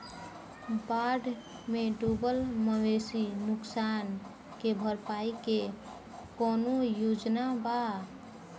बाढ़ में डुबल मवेशी नुकसान के भरपाई के कौनो योजना वा?